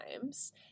times